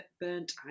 burnt